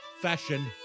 fashion